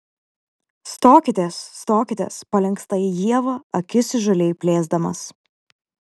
stokitės stokitės palinksta į ievą akis įžūliai plėsdamas